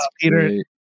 Peter